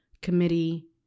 committee